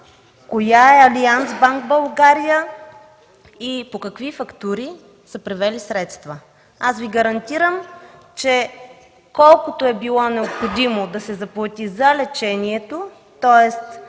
коя е „Алианц банк” – България, и по какви фактури са превели средствата. Аз Ви гарантирам, че колкото е било необходимо да се заплати за лечението, тоест